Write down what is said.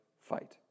fight